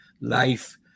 Life